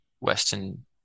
Western